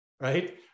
right